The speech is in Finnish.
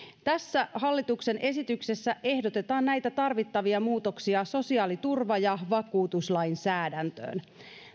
tässä hallituksen esityksessä ehdotetaan näitä tarvittavia muutoksia sosiaaliturva ja vakuutuslainsäädäntöön